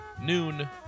noon